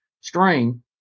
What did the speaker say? string